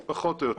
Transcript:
פחות או יותר.